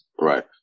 Right